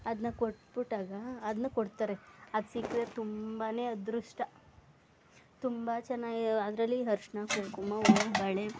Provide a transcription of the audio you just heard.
ಅದನ್ನ ಕೊಟ್ಬಿಟ್ಟಾಗ ಅದನ್ನ ಕೊಡ್ತಾರೆ ಅದು ಸಿಕ್ಕರೆ ತುಂಬ ಅದೃಷ್ಟ ತುಂಬ ಚೆನ್ನಾಗ್ ಅದರಲ್ಲಿ ಅರ್ಶಿಣ ಕುಂಕುಮ ಹೂವು ಬಳೆ